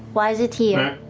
why is it here?